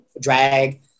drag